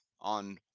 on